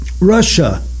Russia